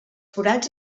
forats